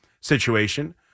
situation